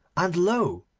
and lo!